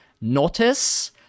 notice